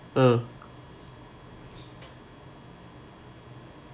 uh